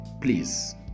please